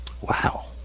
Wow